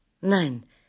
Nein